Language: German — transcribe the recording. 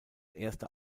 erste